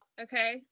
Okay